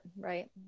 right